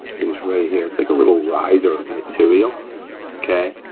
is right here, it's like a little riser of material okay.